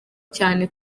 cyane